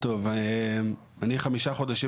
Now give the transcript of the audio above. אני משרת חמישה חודשים